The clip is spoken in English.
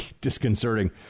disconcerting